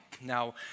Now